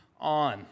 on